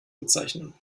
bezeichnen